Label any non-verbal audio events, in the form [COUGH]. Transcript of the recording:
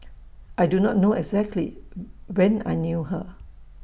I do not know exactly [HESITATION] when I knew her